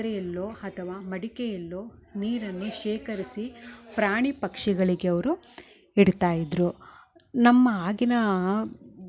ಪಾತ್ರೆಯಲ್ಲೋ ಅಥವ ಮಡಿಕೆಯಲ್ಲೋ ನೀರಲ್ಲಿ ಶೇಖರಿಸಿ ಪ್ರಾಣಿ ಪಕ್ಷಿಗಳಿಗೆ ಅವರು ಇಡ್ತಾಯಿದ್ದರು ನಮ್ಮ ಆಗಿನ